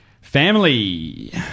family